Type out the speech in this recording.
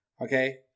Okay